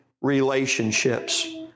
relationships